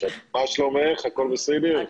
מה שלומך, הכול בסדר?